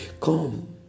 Come